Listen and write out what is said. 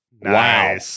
Wow